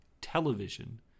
television